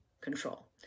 control